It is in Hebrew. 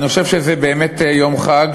אני חושב שזה באמת יום חג,